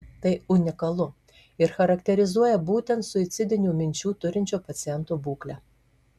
tai unikalu ir charakterizuoja būtent suicidinių minčių turinčio paciento būklę